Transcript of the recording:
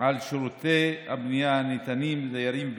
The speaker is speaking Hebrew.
על שירותי הבנייה הניתנים לדיירים,